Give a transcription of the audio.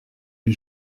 les